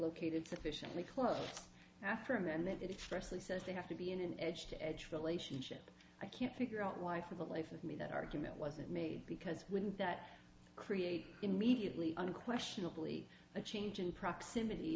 located sufficiently close after him and that it firstly says they have to be in an edge to edge relationship i can't figure out why for the life of me that argument wasn't made because wouldn't that create immediately unquestionably a change in proximity